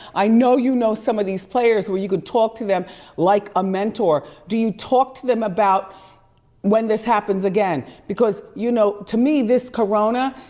i know you know some of these players where you can talk to them like a mentor. do you talk to them about when this happens again? because you know, to me this corona,